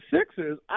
Sixers